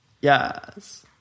Yes